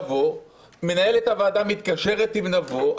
מנהלת הוועדה מתקשרת לשאול אם נבוא,